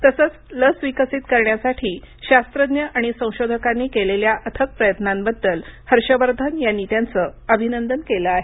तसंच लस विकसित करण्यासाठी शास्त्रज्ञ आणि संशोधकांनी केलेल्या अथक प्रयत्नांबद्दल हर्ष वर्धन यांनी त्यांचं अभिनंदन केलं आहे